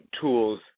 tools